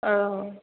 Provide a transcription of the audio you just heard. औ